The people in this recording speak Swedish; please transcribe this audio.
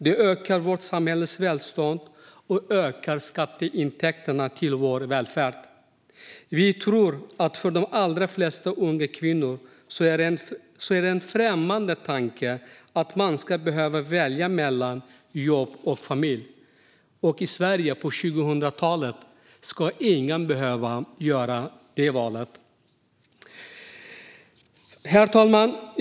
Detta ökar vårt samhälles välstånd och ökar skatteintäkterna till vår välfärd. Vi tror att för de allra flesta unga kvinnor är det en främmande tanke att man ska behöva välja mellan jobb och familj. Och i Sverige på 2000-talet ska ingen behöva göra det valet. Herr talman!